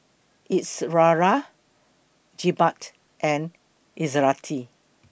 Izara Jebat and Izzati